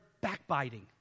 backbiting